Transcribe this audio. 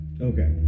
Okay